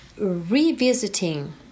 revisiting